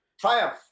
Triumph